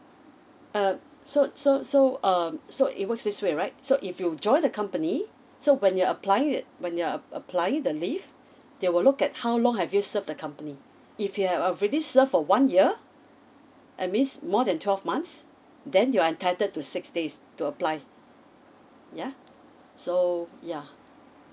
uh so so so um so it works this way right so if you join the company so when you're applying it when you're ap~ applying the leave they will look at how long have you serve the company if you have already serve for one year that means more than twelve months then you are entitled to six days to apply yeah so yeah